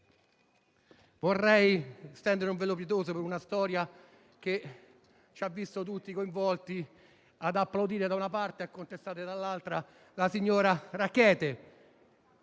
vorrei stendere un velo pietoso su una storia che ci ha visto tutti coinvolti, ad applaudire da una parte e a contestare dall'altra: la signora Rackete